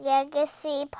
Legacy